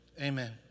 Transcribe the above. Amen